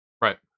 Right